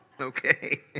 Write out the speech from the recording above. Okay